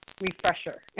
refresher